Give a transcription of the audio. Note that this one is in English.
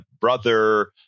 brother